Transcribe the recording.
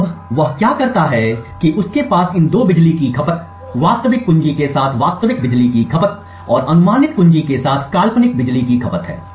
तो अब वह क्या करता है उसके पास इन दो बिजली की खपत वास्तविक कुंजी के साथ वास्तविक बिजली की खपत और अनुमानित कुंजी के साथ काल्पनिक बिजली की खपत है